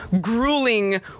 grueling